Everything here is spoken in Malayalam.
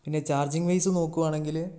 പിന്നെ ചാർജിങ്ങ് വൈസ് നോക്കുവാണെങ്കിൽ